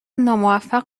ناموفق